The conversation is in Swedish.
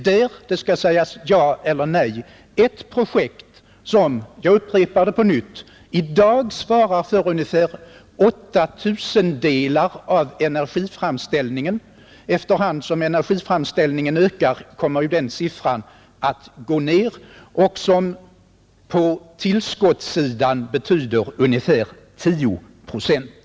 Man skall säga ja eller nej till ett projekt som, jag upprepar det på nytt, i dag skulle svara för ungefär 8/1000 av energiframställningen — efter hand som energiframställningen ökar kommer den andelen att bli ännu mindre — och som på tillskottssidan betyder ungefär 10 procent.